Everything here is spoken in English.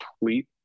complete